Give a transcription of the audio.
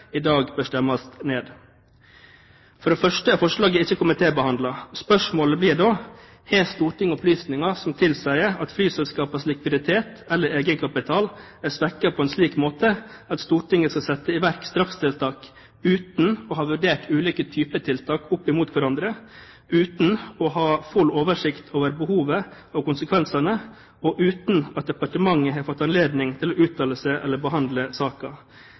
i dag bør stemmes ned. For det første er forslaget ikke komitébehandlet. Spørsmålet blir da: Har Stortinget opplysninger som tilsier at flyselskapenes likviditet eller egenkapital er svekket på en slik måte at Stortinget skal vedta å sette i gang strakstiltak uten å ha vurdert ulike typer tiltak opp mot hverandre, uten å ha full oversikt over behovet og konsekvensene, og uten at departementet har fått anledning til å uttale seg eller behandle